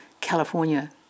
California